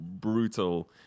brutal